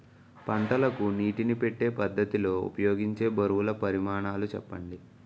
పంటలకు నీటినీ పెట్టే పద్ధతి లో ఉపయోగించే బరువుల పరిమాణాలు చెప్పండి?